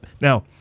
Now